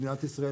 מדינת ישראל,